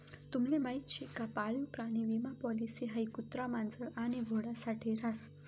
तुम्हले माहीत शे का पाळीव प्राणी विमा पॉलिसी हाई कुत्रा, मांजर आणि घोडा साठे रास